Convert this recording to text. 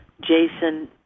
Jason